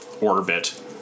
orbit